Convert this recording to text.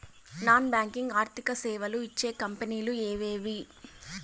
Non banking ఆర్థిక సేవలు ఇచ్చే కంపెని లు ఎవేవి?